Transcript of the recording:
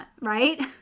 right